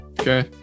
Okay